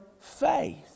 faith